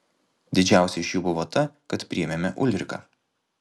didžiausia iš jų buvo ta kad priėmėme ulriką